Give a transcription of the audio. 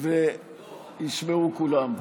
וישמעו כולם.